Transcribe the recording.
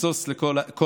משוש כל הארץ,